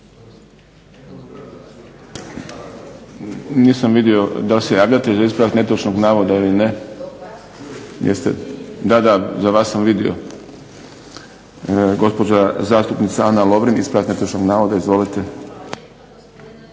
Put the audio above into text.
Nisam vidio da li se javljate za ispravak netočnog navoda ili ne? Da, da, za vas sam vidio. Gospođa zastupnica Ana Lovrin, ispravak netočnog navoda. Izvolite.